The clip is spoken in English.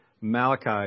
Malachi